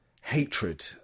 hatred